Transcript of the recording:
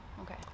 okay